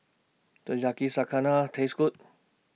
Does Yakizakana Taste Good